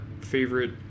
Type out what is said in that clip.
favorite